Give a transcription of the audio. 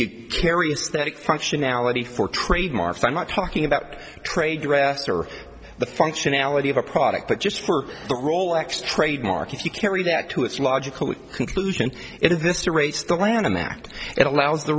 you carries that functionality for trademarks i'm not talking about trade dress or the functionality of a product but just for the rolex trademark if you carry that to its logical conclusion it is this race the lanham act it allows the